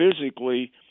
physically